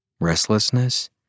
Restlessness